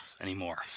anymore